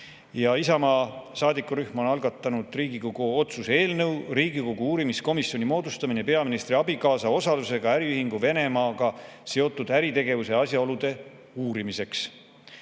Isamaa saadikurühm on algatanud Riigikogu otsuse "Riigikogu uurimiskomisjoni moodustamine peaministri abikaasa osalusega äriühingu Venemaaga seotud äritegevuse asjaolude uurimiseks"